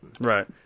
right